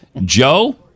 Joe